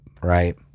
right